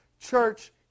Church